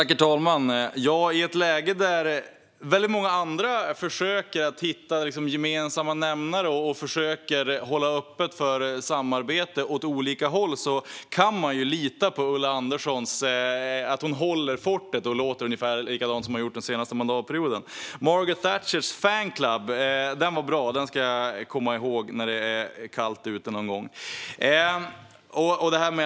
Herr talman! I ett läge där många andra försöker att hitta gemensamma nämnare och försöker att hålla öppet för samarbete åt olika håll kan man lita på att Ulla Andersson håller fortet och låter ungefär likadant som hon har gjort den senaste mandatperioden. Margaret Thatchers fan club, den var bra. Den ska jag komma ihåg när det är kallt ute någon gång.